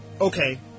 Okay